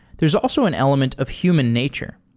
there's also an element of human nature.